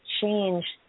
change